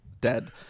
dead